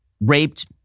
raped